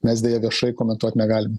mes deja viešai komentuot negalim